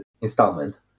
installment